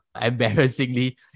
embarrassingly